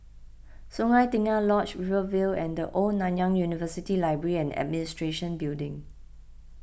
Sungei Tengah Lodge Rivervale and the Old Nanyang University Library and Administration Building